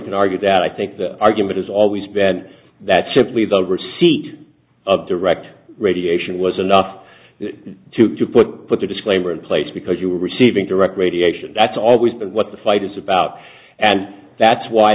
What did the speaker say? can argue that i think the argument has always been that simply the receipt of direct radiation was enough to put put the disclaimer in place because you were receiving direct radiation that's always been what the fight is about and that's why